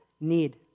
need